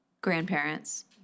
grandparents